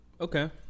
Okay